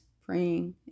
praying